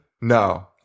No